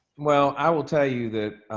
well, i will tell you that,